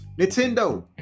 Nintendo